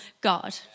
God